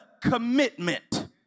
commitment